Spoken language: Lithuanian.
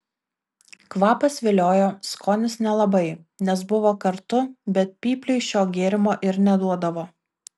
kvapas viliojo skonis nelabai nes buvo kartu bet pypliui šio gėrimo ir neduodavo